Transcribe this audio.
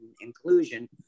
inclusion